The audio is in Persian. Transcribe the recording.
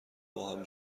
باهم